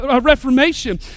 Reformation